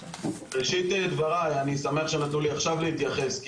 בראשית דבריי אני שמח שנתנו לי עכשיו להתייחס,